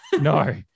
No